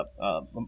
up